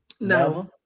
no